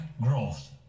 growth